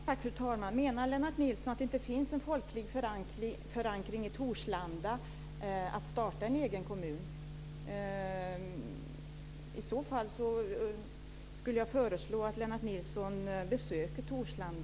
Fru talman! Menar Lennart Nilsson att det inte finns en folklig förankring i Torslanda för att starta en egen kommun? I så fall skulle jag föreslå att Lennart Nilsson besöker Torslanda.